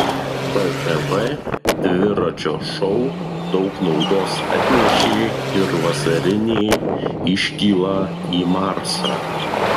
btv dviračio šou daug naudos atnešė ir vasarinė iškyla į marsą